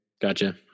Gotcha